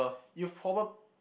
you've proba~